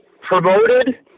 promoted